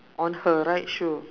on her right shoe